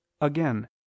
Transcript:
Again